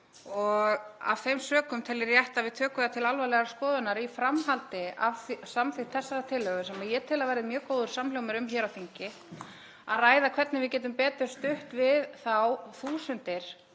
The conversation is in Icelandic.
Af þeim sökum tel ég rétt að við tökum það til alvarlegrar skoðunar í framhaldi af samþykkt þessarar tillögu, sem ég tel að verði mjög góður samhljómur um hér á þingi, að ræða hvernig við getum betur stutt við þær þúsundir